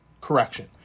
correction